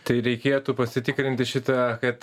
tai reikėtų pasitikrinti šitą kad